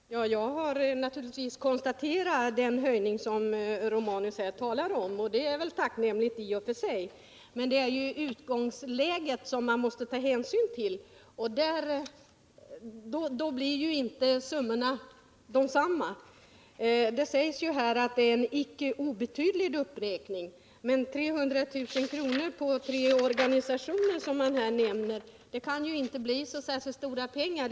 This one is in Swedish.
Herr talman! Jag har naturligtvis konstaterat den höjning som Gabriel Romanus talar om, och det är tacknämligt i och för sig att man gör en höjning. Men det är utgångsläget som man måste ta hänsyn till, och då blir inte summorna av samma värde. Det sägs här att det är en icke obetydlig uppräkning. Men med 300 000 kr. på tre organisationer, som man här nämner, kan det inte bli särskilt stora tillskott.